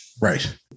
Right